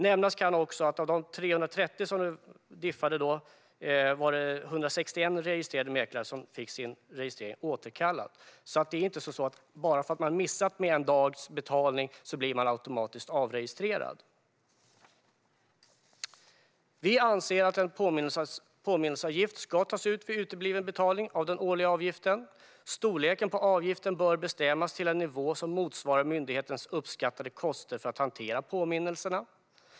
Nämnas kan också att av de 330 - den siffra som diffade - var det 161 registrerade mäklare som fick sin registrering återkallad. Det är inte så att bara för att man har missat en dag blir man automatiskt avregistrerad. Påminnelse vid ute-bliven betalning av årlig avgift enligt fastighetsmäklarlagen Vi anser att en påminnelseavgift ska tas ut vid utebliven betalning av den årliga avgiften. Storleken på avgiften bör bestämmas till en nivå som motsvarar myndighetens uppskattade kostnader för att hantera påminnelser.